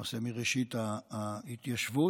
למעשה מראשית ההתיישבות,